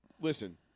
listen